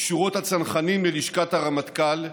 משורות הצנחנים ללשכת הרמטכ"ל,